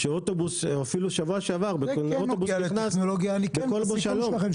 ראינו את התאונה שאוטובוס נכנס בכל בו שלום.